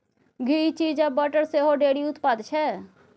घी, cheese आ butter सेहो dairy उत्पाद छै